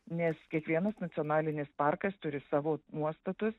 nes kiekvienas nacionalinis parkas turi savo nuostatus